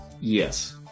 Yes